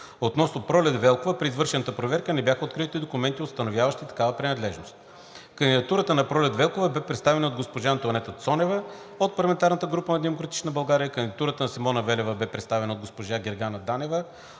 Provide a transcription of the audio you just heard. Относно Пролет Велкова, при извършената проверка не бяха открити документи, установяващи такава принадлежност. Кандидатурата на Пролет Велкова беше представена от госпожа Антоанета Цонева от парламентарната група на „Демократична България“. Кандидатурата на Симона Велева беше представена от госпожа Гергана Данева